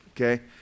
okay